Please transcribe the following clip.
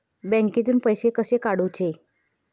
बँकेतून पैसे कसे काढूचे?